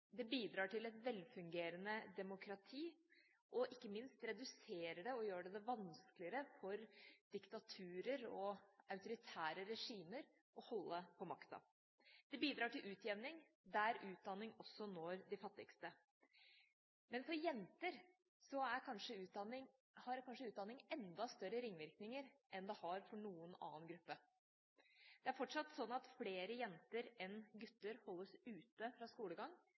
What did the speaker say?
det bidrar til et velfungerende demokrati, og ikke minst reduserer det og gjør det vanskeligere for diktaturer og autoritære regimer å holde på makta. Det bidrar til utjevning – der utdanning også når de fattigste. For jenter har utdanning kanskje enda større ringvirkninger enn det har for noen annen gruppe. Det er fortsatt slik at flere jenter enn gutter holdes ute fra skolegang,